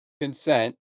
consent